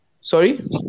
Sorry